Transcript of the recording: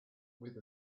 with